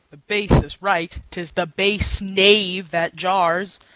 the base is right tis the base knave that jars.